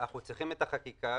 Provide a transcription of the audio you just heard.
אנחנו צריכים את החקיקה,